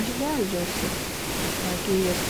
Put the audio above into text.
aš beldžiausi pasakė jis